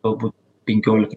galbūt penkiolika